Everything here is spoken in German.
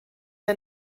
der